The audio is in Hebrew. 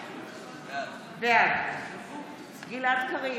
בעד גלעד קריב,